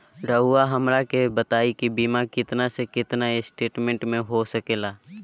रहुआ हमरा के बताइए के बीमा कितना से कितना एस्टीमेट में हो सके ला?